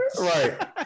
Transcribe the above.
Right